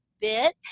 bit